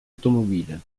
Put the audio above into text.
automobile